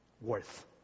worth